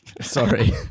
Sorry